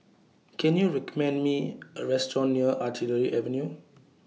Can YOU recommend Me A Restaurant near Artillery Avenue